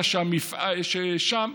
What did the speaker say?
שם,